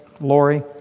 Lori